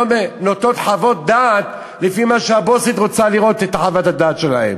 נותנות חוות דעת לפי מה שהבוסית רוצה לראות בחוות הדעת שלהן.